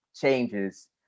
changes